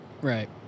Right